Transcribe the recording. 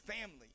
family